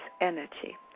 energy